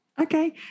Okay